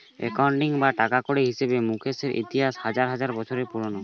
accounting বা টাকাকড়ির হিসেবে মুকেশের ইতিহাস হাজার হাজার বছর পুরোনো